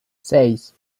seis